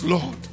Lord